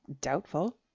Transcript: Doubtful